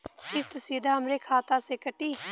किस्त सीधा हमरे खाता से कटी?